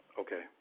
Okay